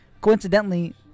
Coincidentally